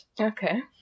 Okay